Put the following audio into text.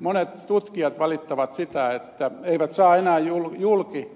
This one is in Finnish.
monet tutkijat valittavat sitä että eivät saa enää julki